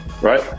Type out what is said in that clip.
Right